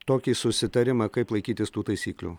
tokį susitarimą kaip laikytis tų taisyklių